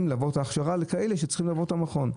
לעבור את ההכשרה לכאלה שצריכים לעבור את המכון.